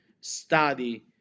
study